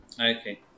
Okay